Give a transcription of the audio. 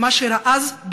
על מה שאירע אז,